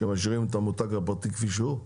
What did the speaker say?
שהם משאירים את המותג הפרטי כפי שהוא.